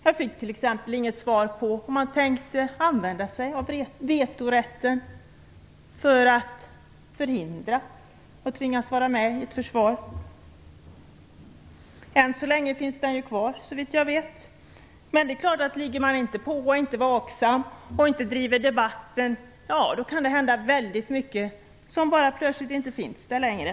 Jag fick t.ex. inget svar på om man tänkte använda sig av vetorätten för att förhindra att tvingas vara med i ett försvar. Än så länge finns den kvar, såvitt jag vet. Men det är klart, ligger man inte på, är man inte vaksam och inte driver debatten kan det hända mycket. Plötsligt finns bara inte saker längre.